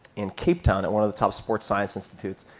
in cape town at one of the top sports science institutes.